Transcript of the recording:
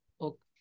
okay